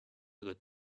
good